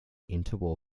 interwar